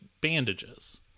bandages